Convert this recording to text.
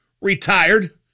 retired